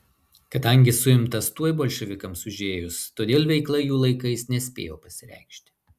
kadangi suimtas tuoj bolševikams užėjus todėl veikla jų laikais nespėjo pasireikšti